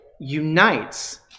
unites